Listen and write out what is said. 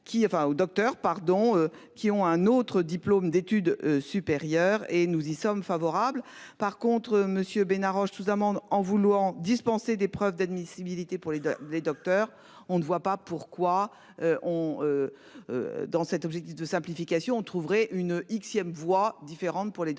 qui ont un autre diplôme d'études supérieures et nous y sommes favorables par contre Monsieur Ben arrange tout amende en voulant dispensés d'épreuves d'admissibilité pour les deux les docteurs on ne voit pas pourquoi on. Dans cet objectif de simplification, on trouverait une X ième voix différentes, pour les docteurs